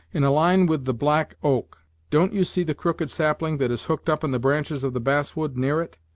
in a line with the black oak don't you see the crooked sapling that is hooked up in the branches of the bass-wood, near it?